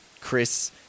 Chris